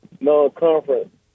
non-conference